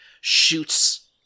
shoots